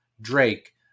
Drake